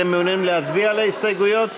אתם מעוניינים להצביע על ההסתייגויות?